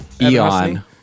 eon